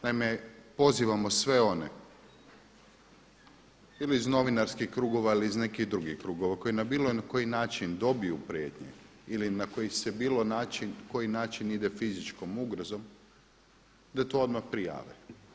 Naime, pozivamo sve one ili iz novinarskih krugova ili iz nekih drugih krugova koji na bilo koji način dobiju prijetnje ili na koji se bilo način, koji način ide fizičkom ugrozom da to odmah prijave.